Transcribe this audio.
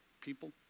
people